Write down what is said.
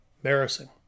Embarrassing